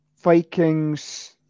Vikings